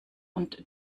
und